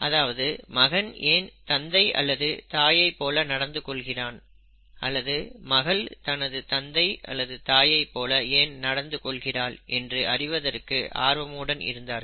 அதாவது மகன் ஏன் தந்தை அல்லது தாயைப் போல நடந்துகொள்கிறான் அல்லது மகள் தனது தந்தை அல்லது தாயைப் போல ஏன் நடந்து கொள்கிறாள் என்று அறிவதற்கு ஆர்வமுடன் இருந்தார்கள்